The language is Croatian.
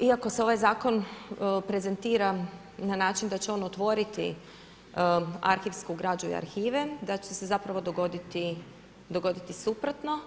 iako se ovaj zakon prezentira na način da će on otvoriti arhivsku građu i arhive da će se zapravo dogoditi suprotno,